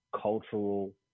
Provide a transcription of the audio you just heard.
cultural